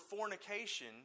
fornication